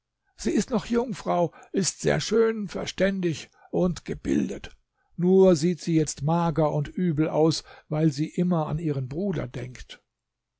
sie ist noch jungfrau ist sehr schön verständig und gebildet nur sieht sie jetzt mager und übel aus weil sie immer an ihren bruder denkt